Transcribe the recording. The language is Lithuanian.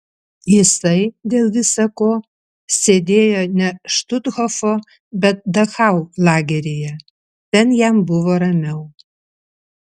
jisai dėl visa ko sėdėjo ne štuthofo bet dachau lageryje ten jam buvo ramiau